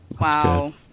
Wow